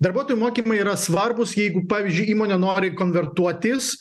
darbuotojų mokymai yra svarbūs jeigu pavyzdžiui įmonė nori konvertuotis